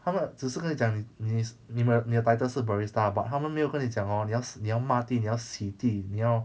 他们只是跟你讲你你你的 title 是 barista but 他们没有跟你讲 hor 你你要抹地你要洗地你要